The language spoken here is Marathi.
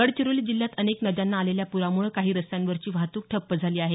गडचिरोली जिल्ह्यात अनेक नद्यांना आलेल्या पुरामुळे काही रस्त्यांवरची वाहतुक ठप्प झाली आहे